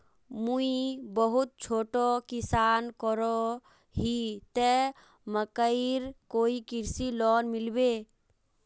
मुई बहुत छोटो किसान करोही ते मकईर कोई कृषि लोन मिलबे?